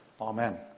Amen